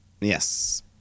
yes